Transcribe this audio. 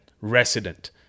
resident